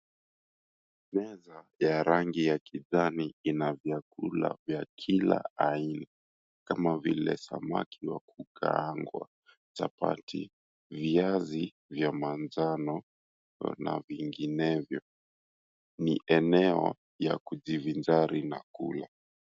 Meza ya rangi ya kijani , kina vyakula vya kila aina kama vile samaki wa kukaangwa, chapati, viazi vya manjano na vinginevyo. Ni eneo ya kuvinjari na kula.